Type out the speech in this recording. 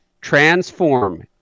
transform